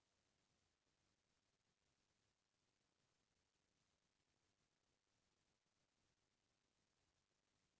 नोटबंदी के होय ले ए दिक्कत उहीं मनसे मन ल आथे जेखर मन करा नकली नोट रहिथे